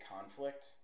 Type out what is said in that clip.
conflict